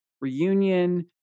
reunion